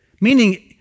meaning